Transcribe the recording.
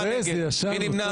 מי נמנע?